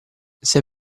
sei